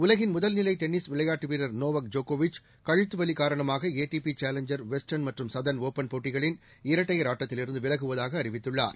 உலகின் முதல்நிலைடென்னீஸ் விளையாட்டுவீரர் நோவக் ஜோகோவிச் கழுத்துவலிகாரணமாகஏடிபிசாலஞ்சர் வெஸ்டர்ன் மற்றும் சதர்ன் ஒபன் போட்டிகளின் இரட்டையர் ஆட்டத்திலிருந்துவிலகுவதாகஅறிவித்துள்ளார்